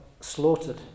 slaughtered